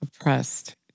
oppressed